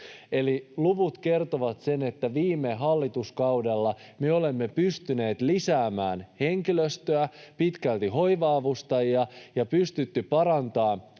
luvut kertovat sen, että viime hallituskaudella me olemme pystyneet lisäämään henkilöstöä, pitkälti hoiva-avustajia, ja on pystytty parantamaan hoivan